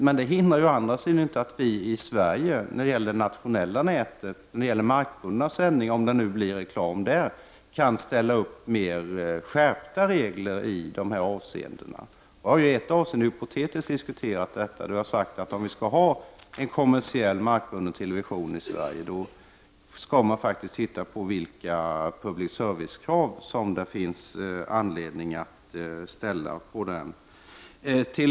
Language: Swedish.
Men det hindrar inte att vi i Sverige, inom det nationella nätet, om det blir reklam via markbundna sändningar, kan ställa upp mer skärpta regler i dessa avseenden. Vi har i ett avseende hypotetiskt diskuterat detta. Vi har sagt att om vi skall ha en kommersiell, markbunden television i Sverige, skall man titta på vilka public service-krav det finns anledning att ställa på den.